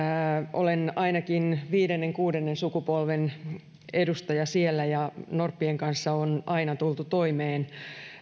olen ainakin viidennen kuudennen sukupolven edustaja siellä ja norppien kanssa on aina tultu toimeen